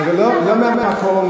לא מהמקום,